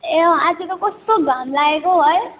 ए आज त कस्तो घाम लागेकौ है